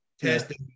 testing